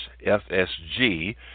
FSG